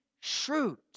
shrewd